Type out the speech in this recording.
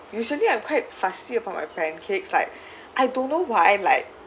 usually I'm quite fussy about my pancakes like I don't know why like